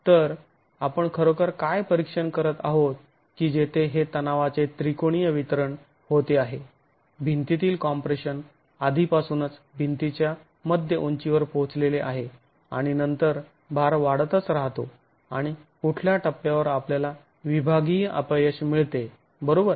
तर आपण खरोखर काय परीक्षण करत आहोत की जेथे हे तणावाचे त्रिकोणीय वितरण होते आहे भिंतीतील कॉम्प्रेशन आधीपासूनच भिंतीच्या मध्य उंचीवर पोहोचलेले आहे आणि नंतर भार वाढतच राहतो आणि कुठल्या टप्प्यावर आपल्याला विभागीय अपयश मिळते बरोबर